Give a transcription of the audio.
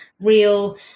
real